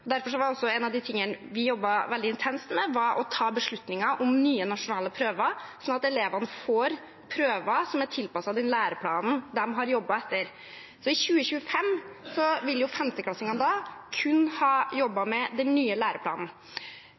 Derfor var en av de tingene vi jobbet veldig intenst med, å ta beslutninger om nye nasjonale prøver sånn at elevene får prøver som er tilpasset den læreplanen de har jobbet etter. I 2025 vil femteklassingene kun ha jobbet med den nye læreplanen.